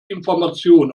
information